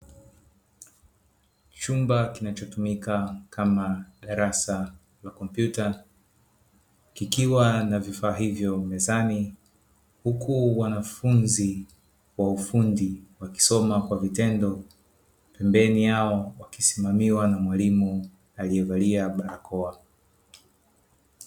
Chumba kinachotumika kama darasa la kompyuta kikiwa na vifaa hivyo mezani, Huku wanafunzi wa ufundi wakisoma kwa vitendo pembeni yao wakisimamiwa na mwalimu aliyevalia barakoa.